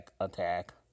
attack